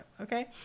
Okay